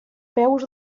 peus